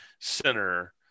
center